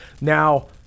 Now